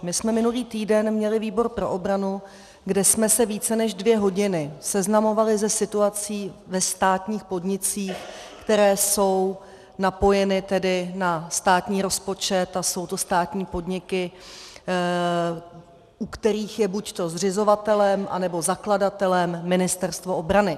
My jsme minulý týden měli výbor pro obranu, kde jsme se více než dvě hodiny seznamovali se situací ve státních podnicích, které jsou napojeny tedy na státní rozpočet, a jsou to státní podniky, u kterých je buďto zřizovatelem, anebo zakladatelem Ministerstvo obrany.